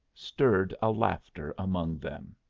stirred a laughter among them.